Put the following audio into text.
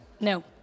No